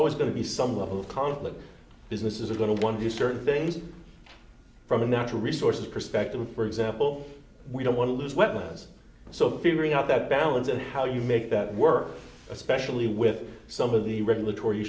always going to be some level of conflict businesses are going to one of these certain things from a natural resources perspective for example we don't want to lose wetlands so figuring out that balance and how you make that work especially with some of the regulatory